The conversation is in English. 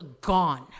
gone